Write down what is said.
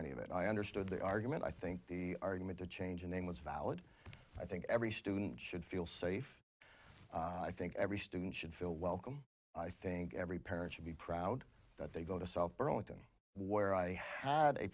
any of it i understood the argument i think the argument the change in him was valid i think every student should feel safe i think every student should feel welcome i think every parent should be proud that they go to south burlington where i had a